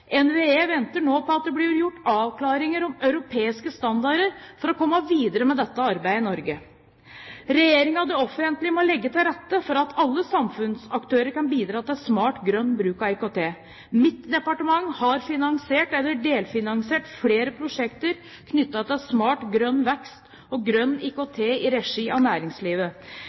NVE venter nå på at europeiske standarder blir avklart, slik at vi kan komme videre med dette arbeidet i Norge. Regjeringen og det offentlige må legge til rette for at alle samfunnsaktører kan bidra til smart grønn bruk av IKT. Mitt departement har finansiert eller delfinansiert flere prosjekter knyttet til smart grønn vekst og grønn IKT i regi av næringslivet.